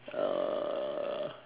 uh